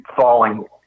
falling